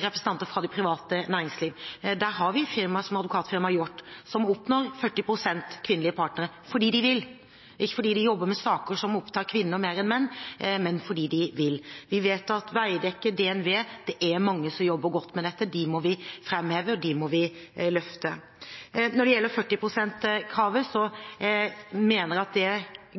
representanter fra det private næringslivet. Der har vi et firma som Advokatfirmaet Hjort, som oppnår 40 pst. kvinnelige partnere fordi de vil – ikke fordi de jobber med saker som opptar kvinner mer enn menn, men fordi de vil. Vi vet at Veidekke og DNB gjør det. Det er mange som jobber godt med dette, og dem må vi framheve og løfte fram. Når det gjelder 40 pst.-kravet, er det helt sikkert gode hensikter bak det,